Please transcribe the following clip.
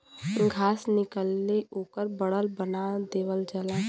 घास निकलेला ओकर बंडल बना देवल जाला